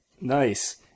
nice